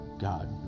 God